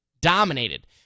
dominated